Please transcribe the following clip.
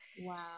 Wow